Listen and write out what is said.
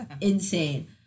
insane